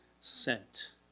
sent